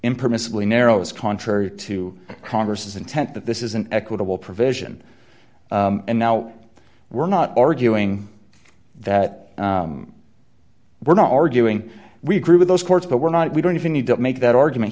impermissibly narrow is contrary to congress intent that this is an equitable provision and now we're not arguing that we're not arguing we agree with those courts but we're not we don't even need to make that argument